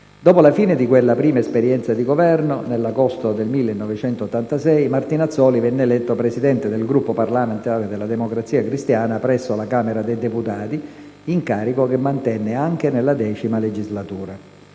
Dopo la fine di quella prima esperienza di Governo, nell'agosto del 1986, Martinazzoli venne eletto Presidente del Gruppo parlamentare della Democrazia Cristiana presso la Camera dei deputati, incarico che mantenne anche nella X legislatura.